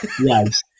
yes